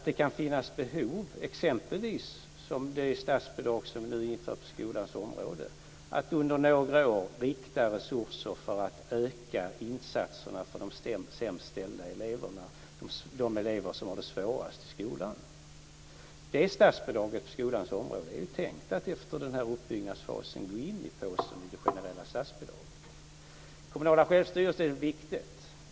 Det kan t.ex. finnas behov av ett statsbidrag, som det vi nu inför på skolans område, för att under några år rikta resurser för att öka insatserna för de sämst ställda elever, de elever som har det svårast i skolan. Det statsbidraget på skolans område är tänkt att efter uppbyggnadsfasen gå in i påsen med det generella statsbidraget. Den kommunala självstyrelsen är viktig.